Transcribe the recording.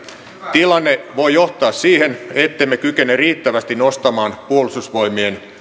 tilanne voi johtaa siihen ettemme kykene riittävästi nostamaan puolustusvoimien